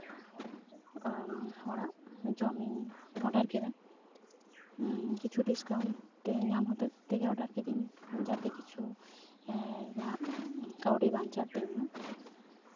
ᱦᱚᱲᱟᱜ ᱡᱚᱢᱤᱧ ᱚᱰᱟᱨ ᱠᱮᱫᱟ ᱠᱤᱪᱷᱩ ᱰᱤᱥᱠᱟᱣᱩᱱᱴ ᱛᱮ ᱧᱟᱢ ᱦᱚᱛᱮᱡᱛᱮᱜᱮ ᱚᱰᱟᱨ ᱠᱤᱫᱤᱧ ᱡᱟᱛᱮ ᱠᱤᱪᱷᱩ ᱤᱧᱟᱹᱜ ᱠᱟᱹᱣᱰᱤ ᱵᱟᱧᱪᱟᱜ ᱛᱤᱧᱢᱟ